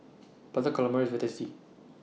Butter Calamari IS very tasty